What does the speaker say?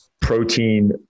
protein